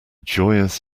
joyous